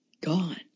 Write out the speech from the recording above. Gone